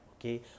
Okay